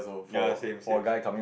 ya same same same